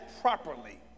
properly